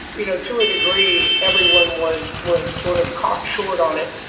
you know, to a degree, everyone was was sort of caught short on it.